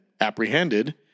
apprehended